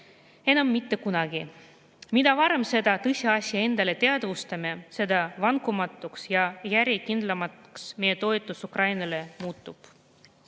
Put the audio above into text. enam mitte kunagi. Mida varem seda tõsiasja endale teadvustame, seda vankumatumaks ja järjekindlamaks meie toetus Ukrainale muutub.